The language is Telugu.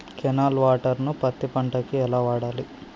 కెనాల్ వాటర్ ను పత్తి పంట కి ఎలా వాడాలి?